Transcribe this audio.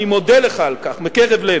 אני מודה לך על כך, מקרב לב,